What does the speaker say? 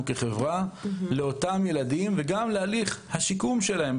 כחברה כלפי אותם ילדים וגם להליך השיקום שלהם.